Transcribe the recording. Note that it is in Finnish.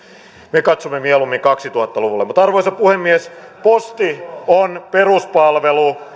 me katsomme mieluummin kaksituhatta luvulle arvoisa puhemies posti on peruspalvelu